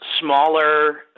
smaller